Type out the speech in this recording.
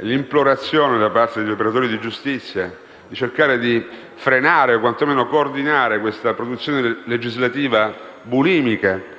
l'implorazione da parte degli operatori di giustizia di cercare di frenare - o quantomeno coordinare - la produzione legislativa bulimica